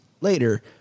later